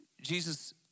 Jesus